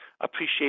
appreciate